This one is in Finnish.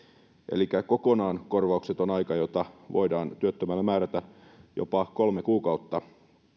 elikkä kokonaan korvaukseton aika jota voidaan työttömälle määrätä jopa kolme kuukautta